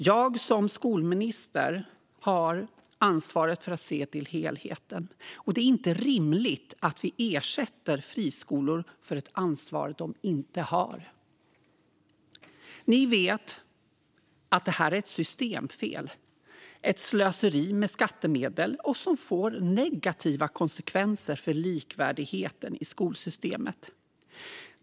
Jag som skolminister har ansvar för att se till helheten, och det är inte rimligt att vi ersätter friskolor för ett ansvar de inte har. Ni vet att detta är ett systemfel och ett slöseri med skattemedel och att det får negativa konsekvenser för likvärdigheten i skolsystemet.